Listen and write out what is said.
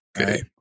Okay